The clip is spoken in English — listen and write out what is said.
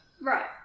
Right